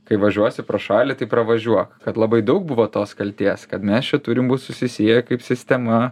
kai važiuosi pro šalį tai pravažiuok kad labai daug buvo tos kaltės kad mes čia turim būt susisieję kaip sistema